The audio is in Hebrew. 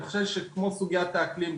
אני חושב שכמו סוגית האקלים,